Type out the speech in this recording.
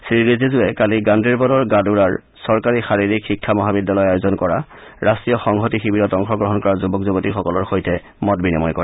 শ্ৰীৰিজিজুৱে কালি গাণ্ডেৰবলৰ গাদুৰাৰ চৰকাৰী শাৰীৰিক শিক্ষা মহাবিদ্যালয়ে আয়োজন কৰা ৰাষ্টীয় সংহতি শিৱিৰত অংশগ্ৰহণ কৰা যুৱক যুৱতীসকলৰ সৈতে মত বিনিময় কৰে